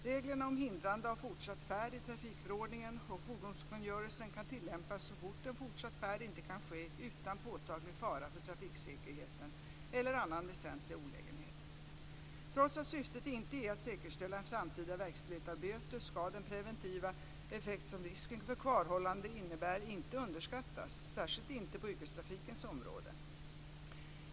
Reglerna om hindrande av fortsatt färd i trafikförordningen och fordonskungörelsen kan tillämpas så fort en fortsatt färd inte kan ske utan påtaglig fara för trafiksäkerheten eller annan väsentlig olägenhet. Trots att syftet inte är att säkerställa en framtida verkställighet av böter ska den preventiva effekt som risken för kvarhållande innebär inte underskattas, särskilt inte på yrkestrafikens område.